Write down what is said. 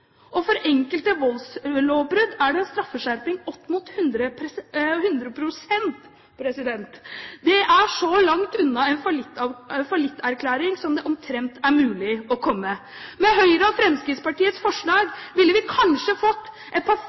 og for enkelte voldslovbrudd er det en straffeskjerping opp mot 100 pst. Det er så langt unna en fallitterklæring som det omtrent er mulig å komme. Med Høyre og Fremskrittspartiets forslag ville vi kanskje fått et